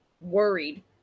worried